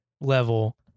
level